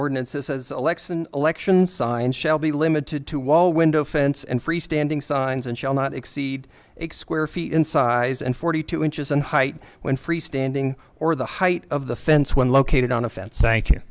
ordinances as election election signs shall be limited to wall window fence and free standing signs and shall not exceed excluder feet in size and forty two inches in height when free standing or the height of the fence when located on a fence